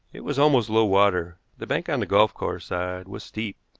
it was almost low water. the bank on the golf course side was steep,